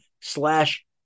slash